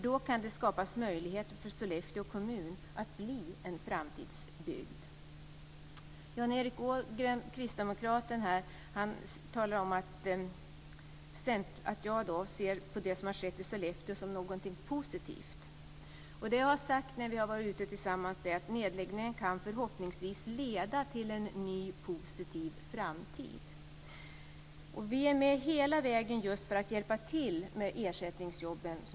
Det kan då skapas möjligheter för Sollefteå kommun att bli en framtidsbygd. Kristdemokraten Jan Erik Ågren menar att jag ser det som har skett i Sollefteå som någonting positivt. Det som jag har sagt när vi har varit ute tillsammans är att nedläggningen förhoppningsvis kan leda till en ny positiv framtid. Jag har sagt att vi är med hela vägen för att hjälpa till med ersättningsjobben.